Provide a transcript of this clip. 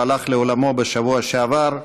שהלך לעולמו בשבוע שעבר.